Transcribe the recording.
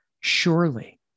surely